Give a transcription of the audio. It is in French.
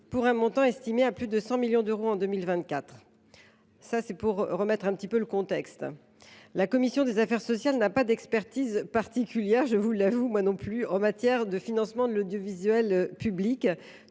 pour un montant estimé à plus de 100 millions d’euros en 2024. Voilà pour le contexte. Cela étant, la commission des affaires sociales n’a pas d’expertise particulière, je vous l’avoue – et moi non plus !– en matière de financement de l’audiovisuel public.